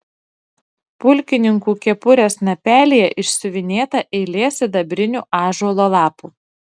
pulkininkų kepurės snapelyje išsiuvinėta eilė sidabrinių ąžuolo lapų